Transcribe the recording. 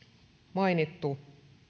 mainittu